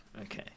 okay